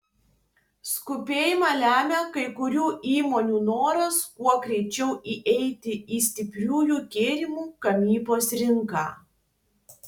skubėjimą lemia kai kurių įmonių noras kuo greičiau įeiti į stipriųjų gėrimų gamybos rinką